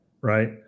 right